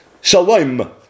Shalom